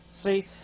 See